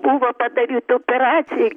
buvo padaryta operacija